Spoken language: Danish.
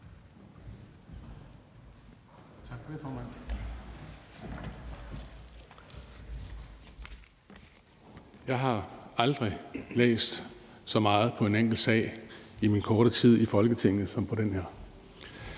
Jeg har aldrig læst så meget på en enkelt sag i min korte tid i Folketinget som på den her.